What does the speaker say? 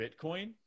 Bitcoin